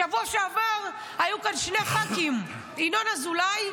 בשבוע שעבר היו כאן שני ח"כים, ינון אזולאי,